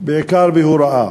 בעיקר בהוראה.